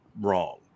wrong